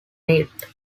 meat